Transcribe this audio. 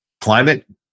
climate